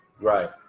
Right